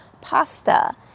pasta